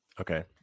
Okay